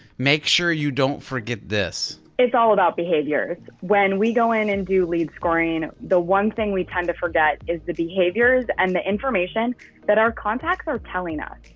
make sure you don't forget this it's all about behaviors when we go in and do lead scoring the one thing we tend to forget is the behaviors and the information that our contacts are telling us,